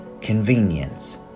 Convenience